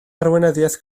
arweinyddiaeth